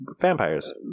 Vampires